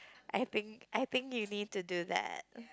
I think I think you need to do that